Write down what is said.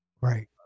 Right